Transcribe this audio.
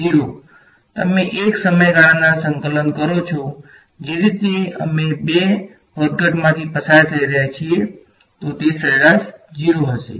0 બરાબર તમે 1 સમયગાળામાં સંકલિત કરો છો જે રીતે અમે 2 વધઘટમાંથી પસાર થઈ રહ્યા છીએ તે સરેરાશ 0 હશે